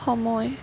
সময়